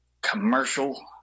commercial